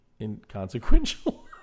inconsequential